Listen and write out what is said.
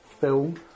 film